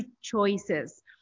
choices